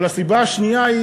אבל הסיבה השנייה היא,